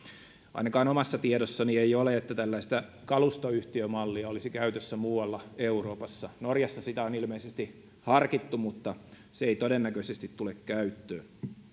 ainakaan omassa tiedossani ei ole että tällaista kalustoyhtiömallia olisi käytössä muualla euroopassa norjassa sitä on ilmeisesti harkittu mutta se ei todennäköisesti tule käyttöön